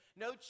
No